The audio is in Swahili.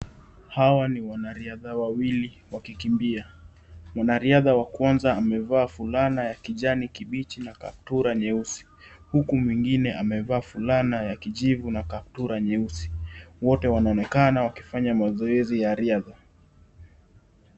Hawa ni wana riadha wawili wakikimbia, mwanariadha wakwanza amevaa fulana ya kijani kibichi na kaptura nyeusi huku mwingine amevaa fulana ya kijivu na kaptura nyeusi wote, wanaonekana wakifanya mazoezi ya riadha.